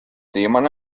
viimane